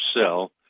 sell